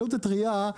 הטרייה,